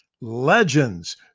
legends